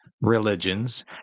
religions